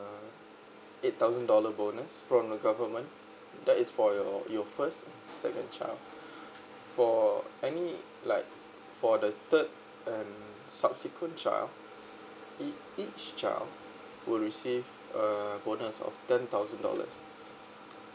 eight thousand dollar bonus from the government that is for your your first and second child for any like for the third and subsequent child ea~ each child would receive a bonus of ten thousand dollars